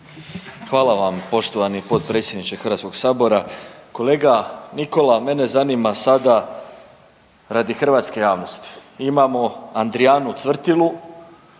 Hvala vam poštovani potpredsjedniče Hrvatskog sabora. Kolega Nikola mene zanima sada radi hrvatske javnosti, imamo Andrijanu Cvrtilu,